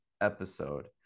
episode